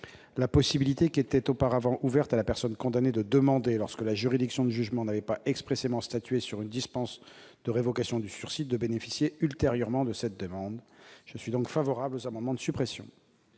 la possibilité qui était auparavant ouverte à la personne condamnée de demander, lorsque la juridiction du jugement n'avait pas expressément statué sur une dispense de révocation du sursis, de bénéficier ultérieurement de cette demande. Le Gouvernement émet donc